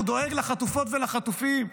הוא דואג לחטופות ולחטופים,